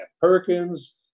Perkins